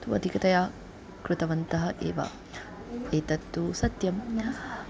तु अधिकतया कृतवन्तः एव एतत्तु सत्यम्